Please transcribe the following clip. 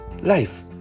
life